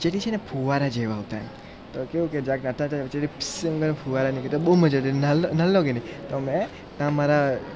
નીચેથી છે ને ફુવારા જેવા હોતા એ તો કેવું કે જરાક નહોતા તો વચ્ચેથી ફિસ એમ કરીને ફુવારા નીકળે બહુ મજા આવતી નાલ્લો નાલ્લો કે નહીં તો મેં ત્યાં મારા